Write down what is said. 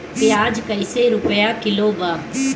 प्याज कइसे रुपया किलो बा?